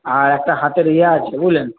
আর একটা হাতের ইয়ে আছে বুঝলেন